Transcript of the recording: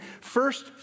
first